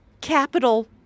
capital